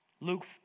Luke